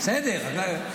בסדר.